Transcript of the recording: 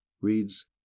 reads